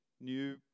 new